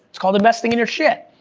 it's called investing in your shit,